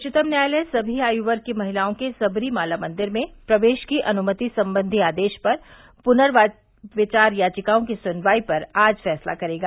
उच्चतम न्यायालय सभी आयु वर्ग की महिलाओं के सबरीमला मंदिर में प्रवेश की अनुमति संबंधी आदेश पर पुनर्विचार याचिकाओं की सुनवाई पर आज फैसला करेगा